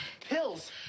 Pills